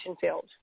field